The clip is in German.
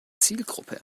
zielgruppe